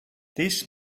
this